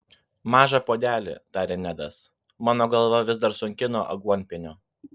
mažą puodelį tarė nedas mano galva vis dar sunki nuo aguonpienio